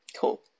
Cool